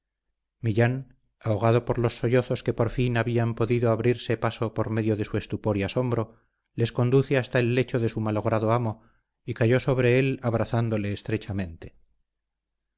millán ahogado por los sollozos que por fin habían podido abrirse paso por medio de su estupor y asombro les conduce hasta el lecho de su malogrado amo y cayó sobre él abrazándole estrechamente